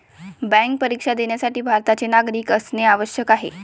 bank परीक्षा देण्यासाठी भारताचे नागरिक असणे आवश्यक आहे